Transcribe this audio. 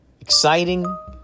exciting